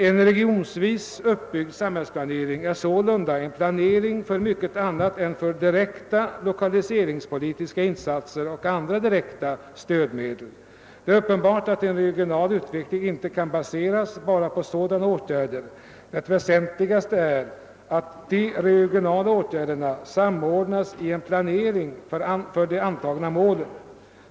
En regionvis uppbyggd samhällsplanering är sålunda en planering för mycket annat än direkta lokaliseringspolitiska insatser och andra direkta stödmedel. Det är uppenbart att en regional utveckling inte kan baseras bara på sådana åtgärder — det väsentligaste är att de »regionala» åtgärderna samordnas i en planering för de antagna målen.